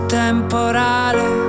temporale